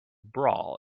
brawl